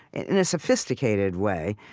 in a sophisticated way,